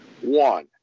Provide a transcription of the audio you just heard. One